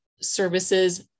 services